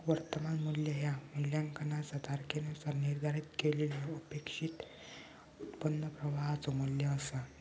वर्तमान मू्ल्य ह्या मूल्यांकनाचा तारखेनुसार निर्धारित केलेल्यो अपेक्षित उत्पन्न प्रवाहाचो मू्ल्य असा